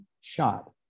shot